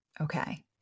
Okay